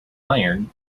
iron